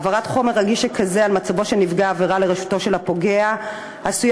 העברת חומר רגיש שכזה על מצבו של נפגע עבירה לרשותו של הפוגע עשויה